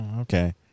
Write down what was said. okay